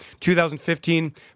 2015